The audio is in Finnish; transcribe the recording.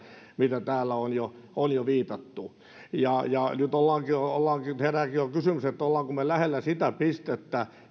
mihin täällä on jo viitattu nyt herääkin jo kysymys olemmeko me lähellä sitä pistettä